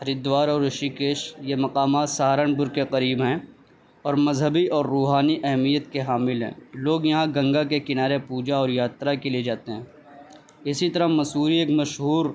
ہریدوار اور رشی کیش یہ مقامات سہارنپور کے قریب ہیں اور مذہبی اور روحانی اہمیت کے حامل ہیں لوگ یہاں گنگا کے کنارے پوجا اور یاترا کے لیے جاتے ہیں اسی طرح مسوری ایک مشہور